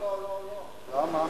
לא לא לא, למה?